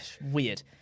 Weird